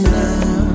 now